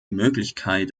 möglichkeit